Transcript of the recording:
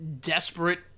desperate